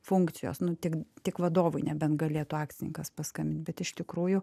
funkcijos nutiks tik vadovui nebent galėtų akcininkas paskambinti bet iš tikrųjų